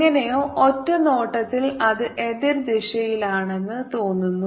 എങ്ങനെയോ ഒറ്റനോട്ടത്തിൽ അത് എതിർദിശയിലാണെന്ന് തോന്നുന്നു